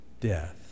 Death